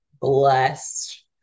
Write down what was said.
blessed